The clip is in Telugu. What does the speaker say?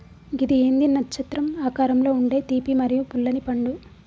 గిది ఏంది నచ్చత్రం ఆకారంలో ఉండే తీపి మరియు పుల్లనిపండు